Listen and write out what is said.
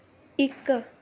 इक